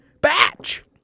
batch